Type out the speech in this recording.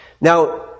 Now